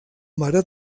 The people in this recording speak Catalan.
mare